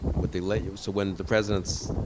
would they let you, so when the president's,